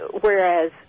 whereas